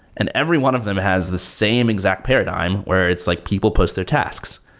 and every one of them has the same exact paradigm, where it's like people post their tasks.